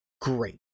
great